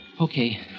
Okay